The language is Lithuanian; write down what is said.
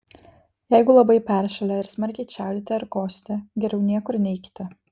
jeigu labai peršalę ir smarkiai čiaudite ar kosite geriau niekur neikite